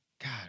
God